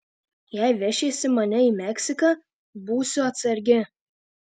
jei vešiesi mane į meksiką būsiu atsargi